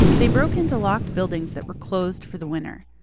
they broke into locked buildings that were closed for the winter,